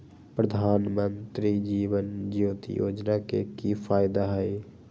प्रधानमंत्री जीवन ज्योति योजना के की फायदा हई?